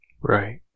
Right